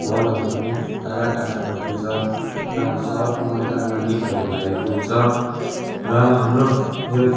बलहरू पनि टाडा टाडा कटिन्छ र सहरको मैदानमा नेटहरू लगाएको हुन्छ र हाम्रो यो